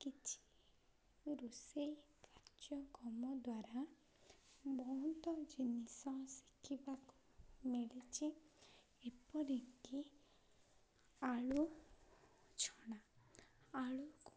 କିଛି ରୋଷେଇ କାର୍ଯ୍ୟକ୍ରମ ଦ୍ୱାରା ବହୁତ ଜିନିଷ ଶିଖିବାକୁ ମିଳିଛି ଏପରିକି ଆଳୁ ଛଣା ଆଳୁକୁ